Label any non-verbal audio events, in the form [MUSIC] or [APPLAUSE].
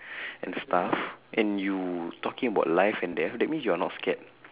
[BREATH] and stuff and you talking about life and death that means you're not scared